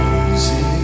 easy